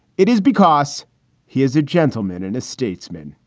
it is because he is a gentleman and a statesman.